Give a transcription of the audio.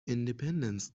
independence